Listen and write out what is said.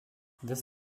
this